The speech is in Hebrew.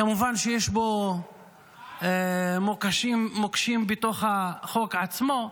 כמובן שיש פה מוקשים בתוך החוק עצמו,